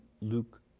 Luke